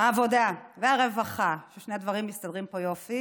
העבודה והרווחה, ששני הדברים מסתדרים פה יופי,